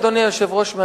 אדוני היושב-ראש,